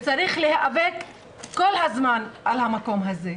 וצריך להיאבק כל הזמן על המקום הזה.